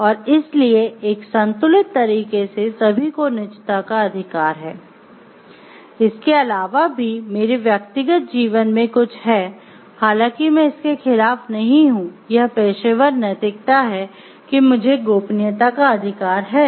और इसलिए एक संतुलित तरीके से सभी को निजता का अधिकार है इसके अलावा भी मेरे व्यक्तिगत जीवन में कुछ है हालांकि मैं इसके खिलाफ नहीं हूँ यह पेशेवर नैतिकता है कि मुझे गोपनीयता का अधिकार है